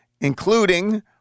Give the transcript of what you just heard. including